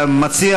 מציע